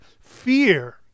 fear